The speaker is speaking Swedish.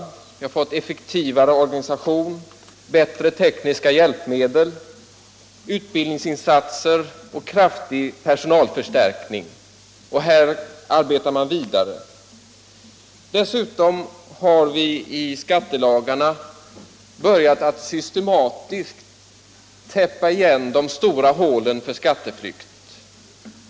Vi har fått en effektiv organisation, bättre tekniska hjälpmedel, utbildningsinsatser och kraftig personalförstärkning. Och här arbetar man vidare. Dessutom har vi börjat att i skattelagarna systematiskt täppa igen de stora hålen för skatteflykt.